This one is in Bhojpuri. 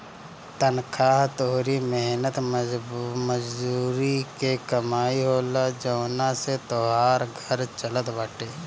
तनखा तोहरी मेहनत मजूरी के कमाई होला जवना से तोहार घर चलत बाटे